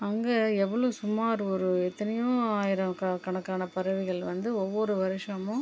அங்கே எவ்வளோ சுமார் ஒரு எத்தனையோ ஆயிரம் க கணக்கான பறவைகள் வந்து ஒவ்வொரு வருசமும்